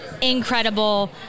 incredible